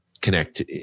connect